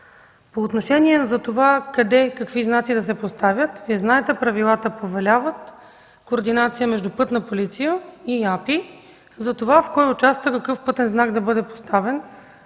По отношение на това къде и какви знаци да се поставят, Вие знаете, правилата повеляват координация между „Пътна полиция” и Агенция „Пътна инфраструктура” в кой участък какъв пътен знак да бъде поставен